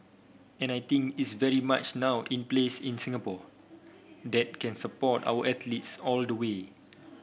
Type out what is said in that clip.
and I think it's very much now in place in Singapore that can support our athletes all the way